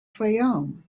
fayoum